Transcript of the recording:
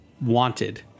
wanted